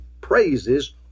praises